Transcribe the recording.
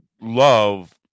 love